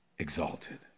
Exalted